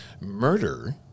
Murder